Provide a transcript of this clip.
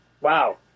wow